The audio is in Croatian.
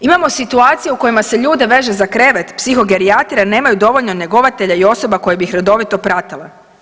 Imamo situacije u kojima se ljude veže za krevet, psihogerijatrija nemaju dovoljno njegovatelja i osoba koje bi ih redovito pratile.